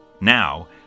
Now